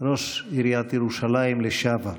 ראש עיריית ירושלים לשעבר.